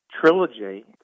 trilogy